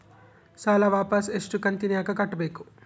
ಸಾಲ ವಾಪಸ್ ಎಷ್ಟು ಕಂತಿನ್ಯಾಗ ಕಟ್ಟಬೇಕು?